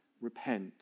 repent